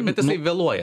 bet jisai vėluoja